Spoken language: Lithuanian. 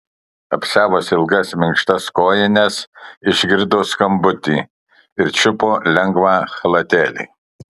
apsiavusi ilgas minkštas kojines išgirdo skambutį ir čiupo lengvą chalatėlį